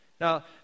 Now